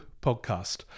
podcast